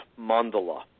mandala